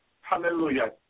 Hallelujah